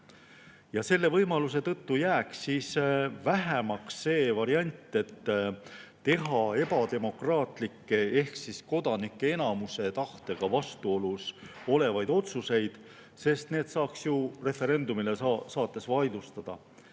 Selle võimaluse tõttu jääks vähemaks variante teha ebademokraatlikke ehk kodanike enamuse tahtega vastuolus olevaid otsuseid, sest need saaks ju referendumile saates vaidlustada.